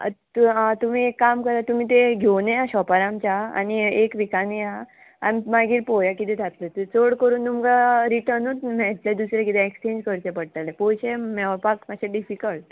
तुमी एक काम करा तुमी तें घेवन येया शॉपार आमच्या आनी एक विकान या आनी मागीर पळोवया किदें जातलें तें चड करून तुमकां रिटर्नूत मेळटलें दुसरें किदें एक्सचेंज करचें पडटलें पोयशें मेळपाक मात्शें डिफिकल्ट